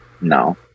No